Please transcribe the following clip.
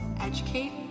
Educate